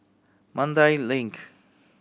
Mandai Link